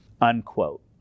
unquote